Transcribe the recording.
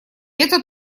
это